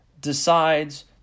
decides